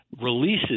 releases